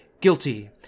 guilty